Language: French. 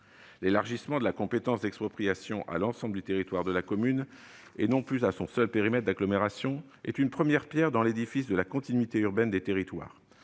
L'élargissement de la compétence d'expropriation à l'ensemble du territoire de la commune, et non plus à son seul périmètre d'agglomération, est une première pierre dans l'édifice de la continuité urbaine des territoires,